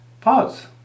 pause